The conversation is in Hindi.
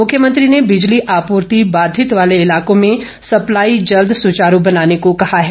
मुख्यमंत्री ने बिजली आपूर्ति बाधित वाले इलाकों में सप्लाई जल्द सुचारू बनाने को कहा है